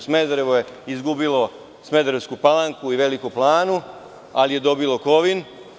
Smederevo je izgubilo Smederevsku Palanku i Veliku Planu, ali je dobilo Kovin.